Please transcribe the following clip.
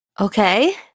Okay